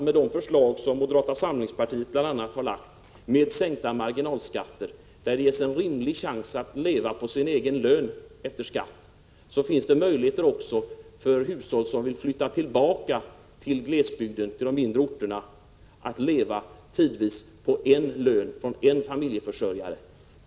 Med de förslag som moderata samlingspartiet har lagt fram om bl.a. sänkta marginalskatter, där det ges en rimlig chans för människor att leva på sin egen lön efter skatt, finns det möjligheter för hushåll som vill flytta tillbaka till glesbygden, till de mindre orterna, att tidvis leva på en lön från en familjeförsörjare.